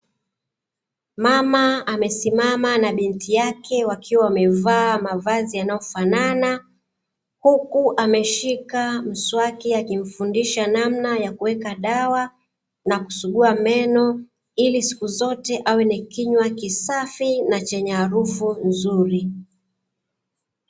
Mama amesimama na binti yake wakiwa wavemaa mavazi yanayofanana, huku ameshika mswaki akimfundisha namna ya kuweka dawa na kusugua meno ili siku zote awe na kinywa kisafi na chenye harufu nzuri.